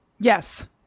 Yes